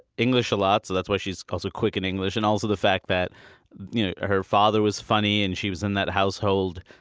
english a lot, so that's why she's also quick in english, and also the fact that you know her father was funny, and she was in that household.